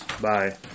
Bye